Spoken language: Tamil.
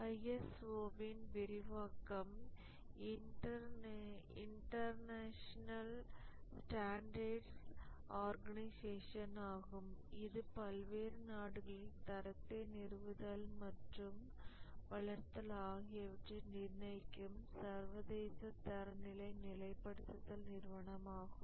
ISO வின் விரிவாக்கம் இன்டர்னாஷ்னல் ஸ்டான்டர்ட்ஸ் ஆர்கனைசேஷன் ஆகும் இது பல்வேறு நாடுகளில் தரத்தை நிறுவுதல் மற்றும் வளர்த்தல் ஆகியவற்றை நிர்ணயிக்கும் சர்வதேச தர நிலைப்படுத்தல் நிறுவனமாகும்